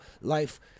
life